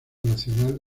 nacional